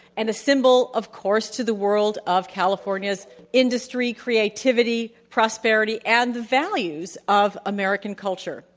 and a symbol of course to the world of california's industry, creativity, prosperity, and the values of american culture.